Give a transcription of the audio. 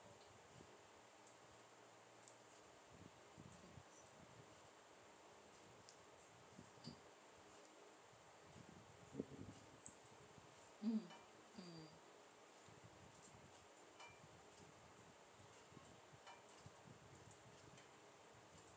mm mm